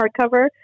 hardcover